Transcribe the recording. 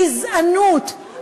גזענות,